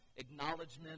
acknowledgement